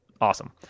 awesome